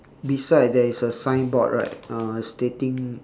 beside there is a signboard right uh stating